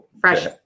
Fresh